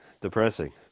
depressing